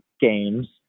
games